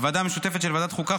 הוועדה המשותפת של ועדת החוקה,